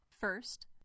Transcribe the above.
First